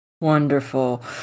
Wonderful